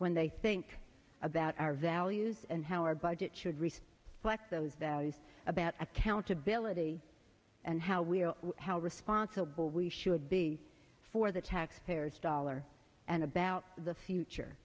when they think about our values and how our budget should receive flecked those values about accountability and how we how responsible we should be for the taxpayers dollar and about the future